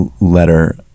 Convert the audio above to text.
letter